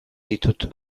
ditut